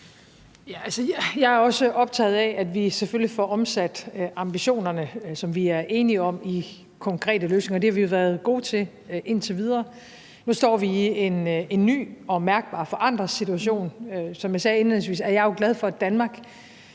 Jeg er også optaget af, at vi selvfølgelig får omsat ambitionerne, som vi er enige om, til konkrete løsninger, og det har vi jo været gode til indtil videre. Nu står vi i en ny og mærkbart forandret situation. Som jeg sagde indledningsvis, er jeg jo glad for, at Danmark